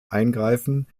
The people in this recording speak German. eingreifen